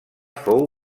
fou